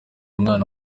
umwana